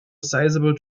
sizeable